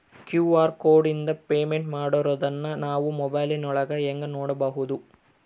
QR ಕೋಡಿಂದ payment ಮಾಡಿರೋದನ್ನ ನಾವು ಮೊಬೈಲಿನೊಳಗ ಹೆಂಗ ನೋಡಬಹುದು?